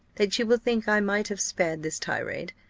that you will think i might have spared this tirade.